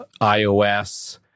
iOS